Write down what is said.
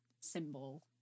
symbol